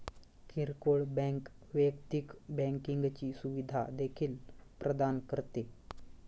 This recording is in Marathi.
किरकोळ बँक वैयक्तिक बँकिंगची सुविधा देखील प्रदान करते